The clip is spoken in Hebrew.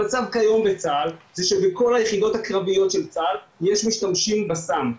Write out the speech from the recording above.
המצב כיום בצה"ל זה שבכל היחידות הקרביות של צה"ל יש משתמשים בסם.